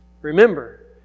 Remember